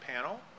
panel